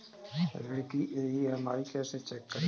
ऋण की ई.एम.आई कैसे चेक करें?